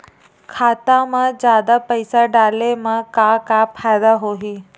खाता मा जादा पईसा डाले मा का फ़ायदा होही?